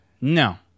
No